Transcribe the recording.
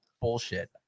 bullshit